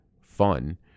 fun